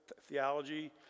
theology